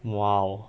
!wow!